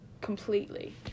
completely